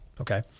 Okay